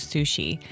Sushi